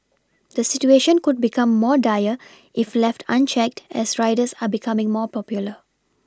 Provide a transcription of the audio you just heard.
the situation could become more dire if left unchecked as riders are becoming more popular